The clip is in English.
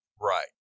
Right